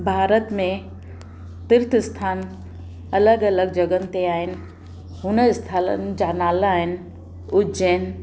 भारत में तीर्थ स्थान अलॻि अलॻि जॻहनि ते आहिनि उन स्थलनि जा नाला आहिनि उज्जैन